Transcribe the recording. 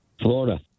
Florida